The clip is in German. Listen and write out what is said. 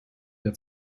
der